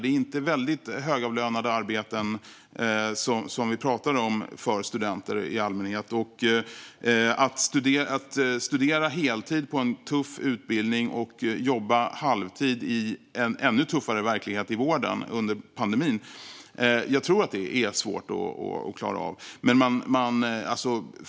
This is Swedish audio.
Det är inte väldigt högavlönade arbeten som vi pratar om för studenter i allmänhet, och att studera heltid på en tuff utbildning och jobba halvtid i en ännu tuffare verklighet i vården under pandemin tror jag är svårt att klara av.